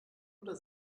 oder